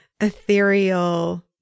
ethereal